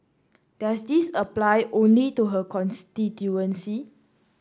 does this apply only to her constituency